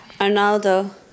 Arnaldo